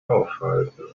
aufhalten